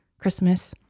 Christmas